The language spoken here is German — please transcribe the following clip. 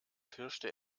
pirschte